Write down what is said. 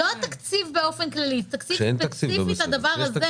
לא התקציב באופן כללי, תקציב ספציפי לדבר הזה.